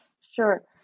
Sure